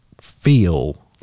feel